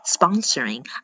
Sponsoring